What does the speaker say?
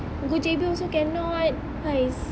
go J_B also cannot !hais!